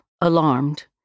alarmed